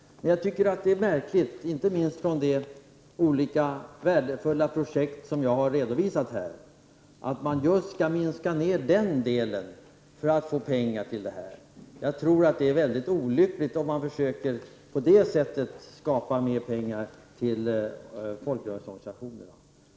Men med tanke på de värdefulla projekt som jag har redovisat tycker jag det är märkligt att man skall överföra pengar från dessa till kvinnoorganisationerna. Jag tror att det vore mycket olyckligt om man på det sättet försöker få mer pengar till folkrörelseorganisationerna.